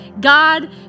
God